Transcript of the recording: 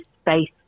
space